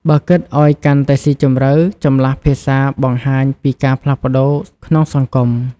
បើគិតឱ្យកាន់តែស៊ីជម្រៅ ចម្លាស់ភាសាបង្ហាញពីការផ្លាស់ប្តូរក្នុងសង្គម។